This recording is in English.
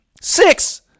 Six